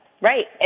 Right